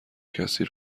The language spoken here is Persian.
کسی